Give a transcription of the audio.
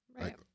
right